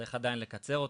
צריך עדיין לקצר אותו,